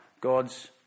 God's